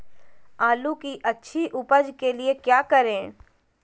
आलू की अच्छी उपज के लिए क्या करें?